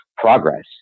progress